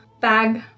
bag